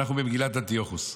אנחנו במגילת אנטיוכוס.